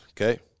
Okay